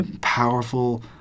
powerful